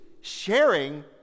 sharing